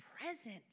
present